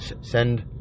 send